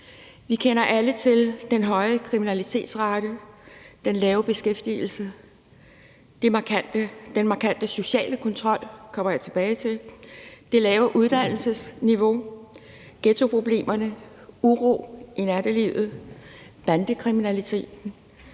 Vi kender alle til den høje kriminalitetsrate, den lave beskæftigelse, den markante sociale kontrol – det kommer jeg tilbage til – det lave uddannelsesniveau, ghettoproblemerne, uro i nattelivet, bandekriminalitet,